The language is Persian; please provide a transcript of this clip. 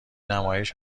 نمایش